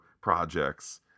projects